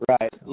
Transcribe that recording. Right